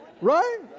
right